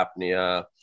apnea